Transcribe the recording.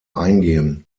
eingehen